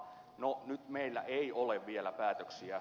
no nyt meillä ei ole vielä päätöksiä